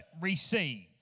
receive